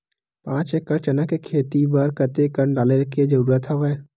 पांच एकड़ चना के खेती बर कते कन डाले के जरूरत हवय?